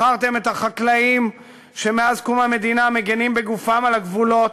מכרתם את החקלאים שמאז קום המדינה מגינים בגופם על הגבולות,